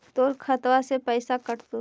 तोर खतबा से पैसा कटतो?